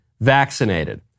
vaccinated